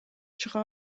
чыга